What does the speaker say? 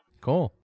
Cool